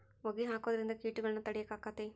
ಹೊಗಿ ಹಾಕುದ್ರಿಂದ ಕೇಟಗೊಳ್ನ ತಡಿಯಾಕ ಆಕ್ಕೆತಿ?